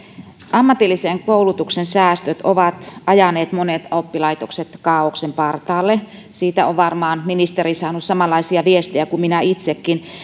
ammatillisen koulutuksen säästöt ovat ajaneet monet oppilaitokset kaaoksen partaalle siitä on varmaan ministeri saanut samanlaisia viestejä kuin minä itsekin